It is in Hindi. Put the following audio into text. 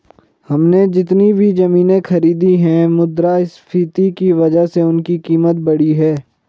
हमने जितनी भी जमीनें खरीदी हैं मुद्रास्फीति की वजह से उनकी कीमत बढ़ी है